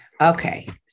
Okay